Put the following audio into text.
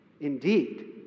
Indeed